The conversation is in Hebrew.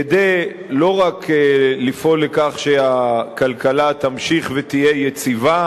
כדי לא רק לפעול לכך שהכלכלה תמשיך להיות יציבה